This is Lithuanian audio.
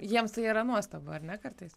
jiems tai yra nuostabu ar ne kartais